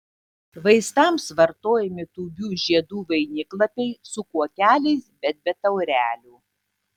vaistams vartojami tūbių žiedų vainiklapiai su kuokeliais bet be taurelių